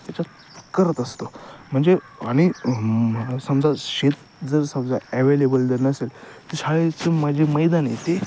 त्याच्यात करत असतो म्हणजे आणि समजा शेत जर समजा ॲवेलेबल जर नसेल तर शाळेची माजी मैदान आहे ते